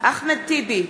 אחמד טיבי,